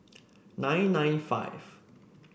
nine nine five